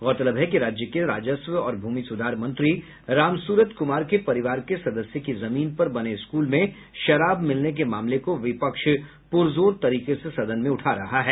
गौरतलब है कि राज्य के राजस्व और भूमि सुधार मंत्री रामसूरत कुमार के परिवार के सदस्य की जमीन पर बने स्कूल में शराब मिलने के मामले को विपक्ष पुरजोर तरीके से सदन में उठा रहा है